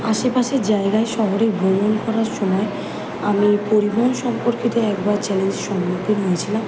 আশেপাশের জায়গায় শহরে ভ্রমণ করার সময় আমি পরিবহন সম্পর্কিত একবার চ্যালেঞ্জের সম্মুখীন হয়েছিলাম